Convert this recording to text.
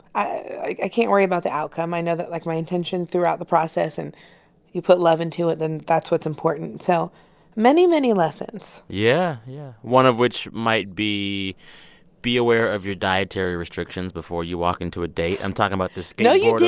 i can't worry about the outcome. i know that, like, my intention throughout the process, and you put love into it. and that's what's important. so many, many lessons yeah yeah, one of which might be be aware of your dietary restrictions before you walk into a date. i'm talking about this skateboarder. no, you